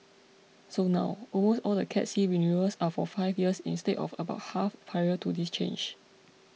so now almost all the Cat C renewals are for five years instead of about half prior to this change